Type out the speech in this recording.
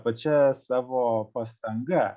pačia savo pastanga